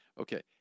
Okay